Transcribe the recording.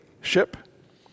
ship